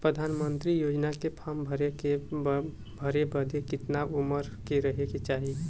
प्रधानमंत्री योजना के फॉर्म भरे बदे कितना उमर रहे के चाही?